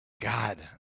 God